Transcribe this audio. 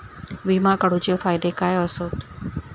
विमा काढूचे फायदे काय आसत?